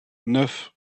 neuf